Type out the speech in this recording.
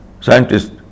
scientists